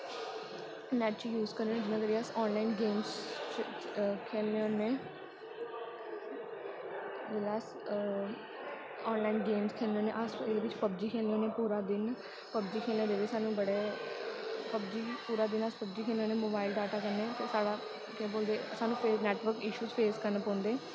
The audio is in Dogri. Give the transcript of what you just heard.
नैट च यूज़ करने होन्ने जियां अस आनलाइन गेम्स खेलने होन्ने जिसलै अस आनलाइन गेम्स खेलने होन्ने अस फिर एह्दे च पबजी खेलने होन्ने पूरा दिन पबजी खेलने दे बी सानूं बड़े पबजी पूरा दिन अस पबजी खेलने होन्ने मोबाइल डाटा कन्नै ते साढ़ा केह् बोलदे सानूं नैटवर्क इशूस फेस करने पौंदे